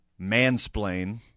mansplain